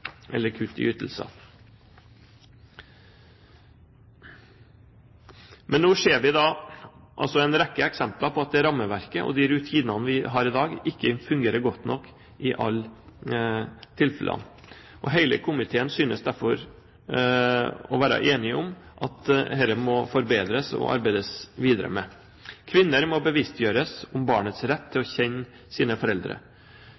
eller kutt i ytelser. Men nå ser vi en rekke eksempler på at det rammeverket og de rutinene vi har i dag, ikke fungerer godt nok i alle tilfellene. Hele komiteen synes derfor å være enig om at dette må forbedres og arbeides videre med. Kvinner må bevisstgjøres om barnets rett til å kjenne sine foreldre.